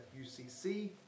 UCC